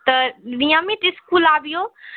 तऽ नियमित इसकूल आबिऔ